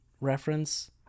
reference